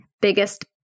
biggest